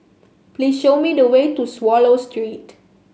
please show me the way to Swallow Street